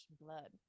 blood